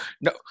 no